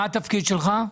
מה התפקיד שלך?